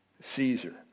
Caesar